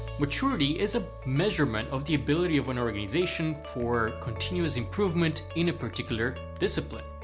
maturity is a measurement of the ability of an organization for continuous improvement in a particular discipline.